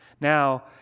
Now